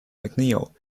mcneil